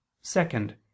Second